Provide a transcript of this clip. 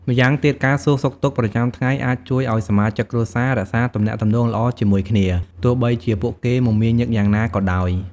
ម្យ៉ាងទៀត ការសួរសុខទុក្ខប្រចាំថ្ងៃអាចជួយឲ្យសមាជិកគ្រួសាររក្សាទំនាក់ទំនងល្អជាមួយគ្នា ទោះបីជាពួកគេមមាញឹកយ៉ាងណាក៏ដោយ។